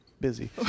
busy